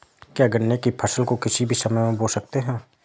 क्या गन्ने की फसल को किसी भी समय बो सकते हैं?